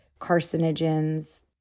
carcinogens